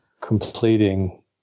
completing